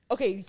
Okay